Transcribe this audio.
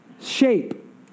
shape